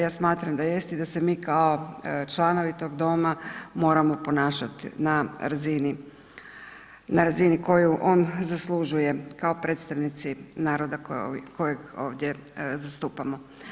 Ja smatram da jest i da se mi kao članovi tog doma moramo ponašati na razini koju on zaslužuje kao predstavnici naroda kojeg ovdje zastupamo.